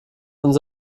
uns